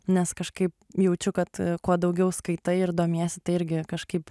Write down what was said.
nes kažkaip jaučiu kad kuo daugiau skaitai ir domiesi tai irgi kažkaip